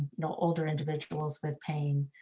you know older individuals with pain.